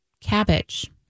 cabbage